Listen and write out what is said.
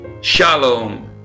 Shalom